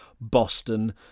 Boston